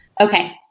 Okay